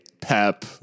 Pep